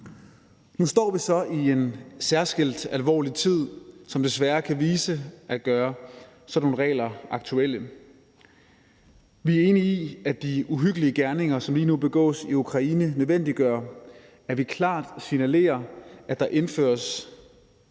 Nu står vi så i en særskilt alvorlig tid, som desværre kan vise sig at gøre sådan nogle regler aktuelle. Vi er enige i, at de uhyggelige gerninger, der lige nu begås i Ukraine, nødvendiggør, at vi klart signalerer, at vi